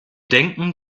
denken